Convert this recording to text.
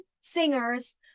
singers